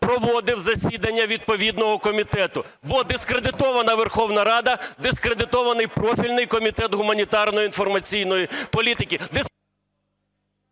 проводив засідання відповідного комітету, бо дискредитована Верховна Рада, дискредитований профільний Комітет гуманітарної та інформаційної політики.